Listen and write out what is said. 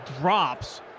drops